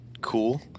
Cool